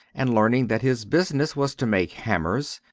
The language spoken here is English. and learning that his business was to make hammers,